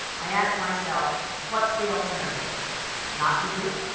i ask myself what's the alternative not to do it?